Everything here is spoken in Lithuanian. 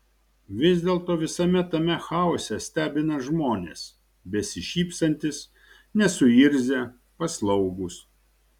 vis dėlto visame tame chaose stebina žmonės besišypsantys nesuirzę paslaugūs